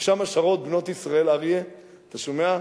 ושם שרות בנות ישראל, אריה, אתה שומע?